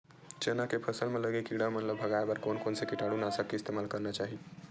चना के फसल म लगे किड़ा मन ला भगाये बर कोन कोन से कीटानु नाशक के इस्तेमाल करना चाहि?